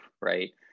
right